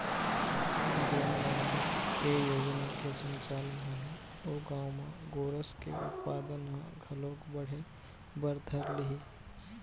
जेन गाँव म ए योजना के संचालन होही ओ गाँव म गोरस के उत्पादन ह घलोक बढ़े बर धर लिही